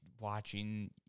watching